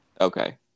Okay